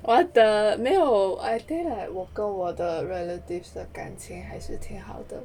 what the 没有 I think 我跟我的 relatives 的感情还是挺好的